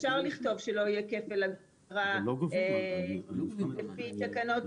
אפשר לכתוב שלא יהיה כפל אגרה על פי תקנות,